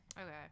Okay